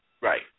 right